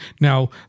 Now